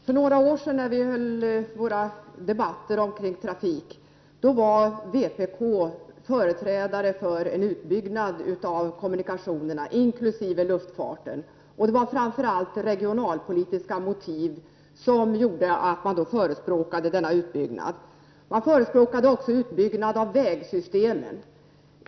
Herr talman! När vi för några år sedan förde våra trafikdebatter förespråkade vpk en utbyggnad av kommunikationerna inkl. luftfarten. Det var framför allt regionalpolitiska motiv som låg bakom det. Man förespråkade också en utbyggnad av vägsystemen.